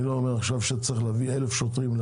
אני לא אומר עכשיו שצריך להביא אלף שוטרים,